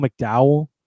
McDowell